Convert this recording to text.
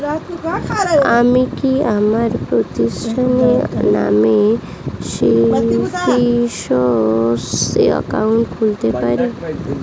আমি কি আমার প্রতিষ্ঠানের নামে সেভিংস একাউন্ট খুলতে পারি?